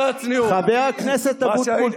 חבר הכנסת אבוטבול,